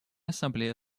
ассамблея